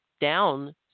down